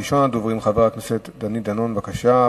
ראשון הדוברים, חבר הכנסת דני דנון, בבקשה.